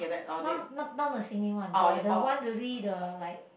no not not the singing one the the one really the like